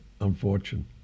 Unfortunate